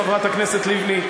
חברת הכנסת לבני,